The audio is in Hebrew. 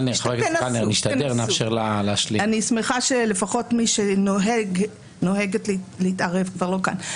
אני שמחה שלפחות מי שנוהגת להתערב כבר לא כאן.